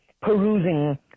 perusing